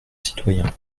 citoyen